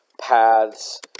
paths